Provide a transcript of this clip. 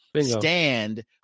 stand